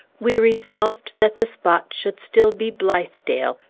we resolved that the spot should still be blithedale,